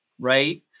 right